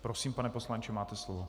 Prosím, pane poslanče, máte slovo.